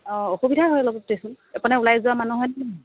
অ অসুবিধা হয় অলপ দেচোন এফালে ওলাই যোৱা মানুহ হয়